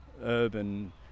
urban